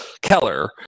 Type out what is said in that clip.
keller